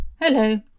Hello